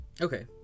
Okay